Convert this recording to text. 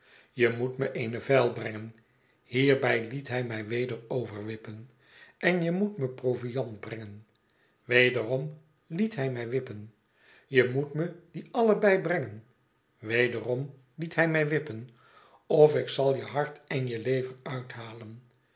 je moet me eene vijl brengen hierbij liet hij mij weder overwippen en je moet me proviand brengen wederom liet hij mij wippen je moet me die allebei brengen wederom liet hij mij wippen of ikzalje hart en je lever uithalen